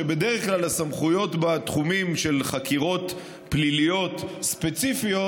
שבדרך כלל הסמכויות בתחומים של חקירות פליליות ספציפיות